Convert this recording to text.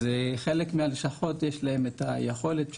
אז חלק מהלשכות יש להם את היכולת שלהם,